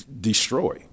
destroy